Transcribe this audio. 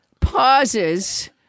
pauses